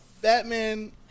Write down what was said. Batman